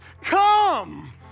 Come